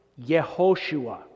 Yehoshua